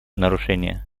нарушения